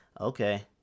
okay